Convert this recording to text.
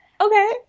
okay